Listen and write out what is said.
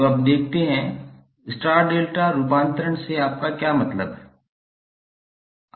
तो अब देखते हैं स्टार डेल्टा रूपांतरण से आपका क्या मतलब है